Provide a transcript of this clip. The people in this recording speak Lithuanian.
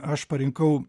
aš parinkau